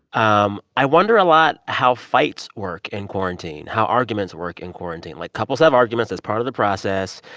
um i wonder a lot how fights work in quarantine, how arguments work in quarantine. like, couples have arguments. that's part of the process.